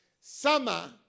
summer